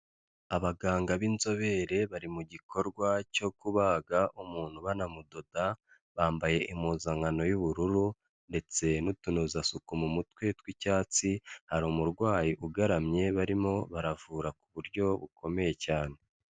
Abaganga b'inzobere bari mu gikorwa cyo kubaga umuntu banamudoda, bambaye impuzankano y'ubururu ndetse n'utunozasuku mu mutwe tw'icyatsi, hari umurwayi ugaramye barimo baravura ku buryo bukomeye cyane.